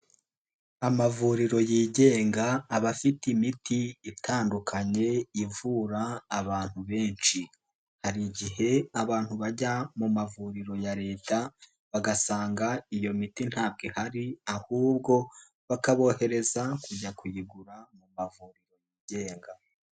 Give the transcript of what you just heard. Amavuriro yigenga abafite imiti itandukanye ivura abantu benshi, hari igihe abantu bajya mu mavuriro ya Leta bagasanga iyo miti ntabwo ihari, ahubwo bakabohereza kujya kuyigura mu mavuriro yigenga.